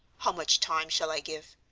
how much time shall i give?